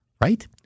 right